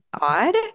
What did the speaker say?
odd